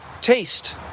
Taste